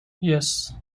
yes